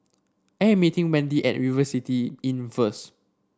I am meeting Wendy at River City Inn first